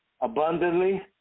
abundantly